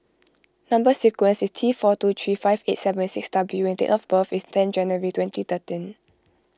Number Sequence is T four two three five eight seven six W and date of birth is ten January twenty thirteen